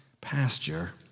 pasture